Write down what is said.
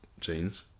jeans